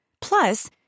Plus